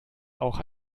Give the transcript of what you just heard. auch